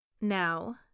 Now